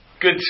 good